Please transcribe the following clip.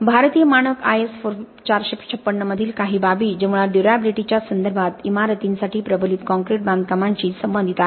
भारतीय मानक IS 456 मधील काही बाबी जे मुळात ड्युर्याबिलिटीच्या संदर्भात इमारतींसाठी प्रबलित काँक्रीट बांधकामाशी संबंधित आहेत